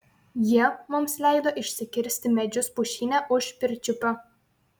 jie mums leido išsikirsti medžius pušyne už pirčiupio